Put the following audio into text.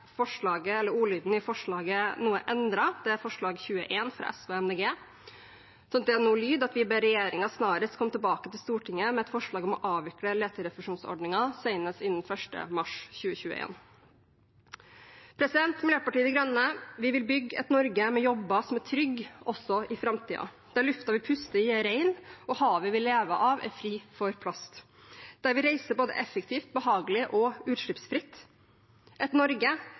noe endret, slik at det nå lyder: Stortinget ber regjeringen snarest komme tilbake til Stortinget med et forslag om avvikle leterefusjonsordningen senest innen 1. mars 2021. Miljøpartiet De Grønne vil bygge et Norge med jobber som er trygge også i framtiden, der luften vi puster i, er ren og havet vi lever av, er fritt for plast, der vi reiser både effektivt, behagelig og utslippsfritt, et Norge